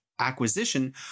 acquisition